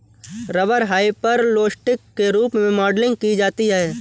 rubber hyperelastic के रूप में मॉडलिंग की जाती है